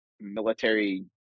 military